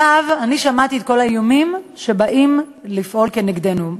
שמעתי את כל האיומים שבאים לפעול נגדנו.